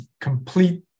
complete